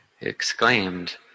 exclaimed